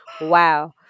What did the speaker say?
Wow